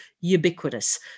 ubiquitous